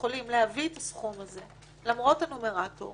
יכולים להביא את הסכום הזה למרות הנומרטור